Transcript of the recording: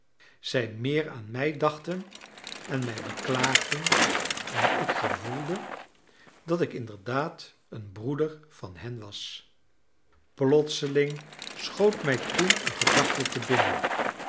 zij meer aan mij dachten en mij beklaagden en ik gevoelde dat ik inderdaad een broeder van hen was plotseling schoot mij toen een gedachte te binnen